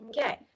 Okay